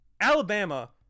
Alabama